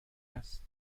است